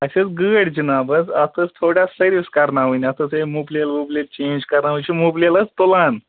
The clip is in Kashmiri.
اَسہِ ٲس گٲڑ جناب حظ اتھ ٲس تھوڑا سٔروِس کرناون اتھ اوس یہے مُبلیل وُبلیل چینٛج کرناوُن یہِ چھُ مُبلیل حظ تُلان